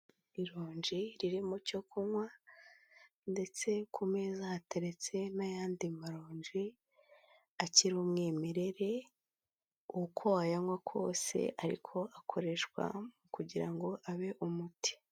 Ironji riri m cyo kunywa ndetse ku meza hateretse n'ayandi maronji akiri umwimerere, uko wayanywa kose ariko akoreshwa kugira ngo abe umuti.